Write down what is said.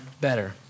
better